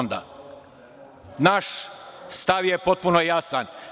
Naš stav je potpuno jasan.